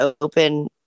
open